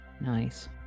Nice